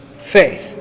faith